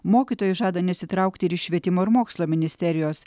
mokytojai žada nesitraukti ir švietimo ir mokslo ministerijos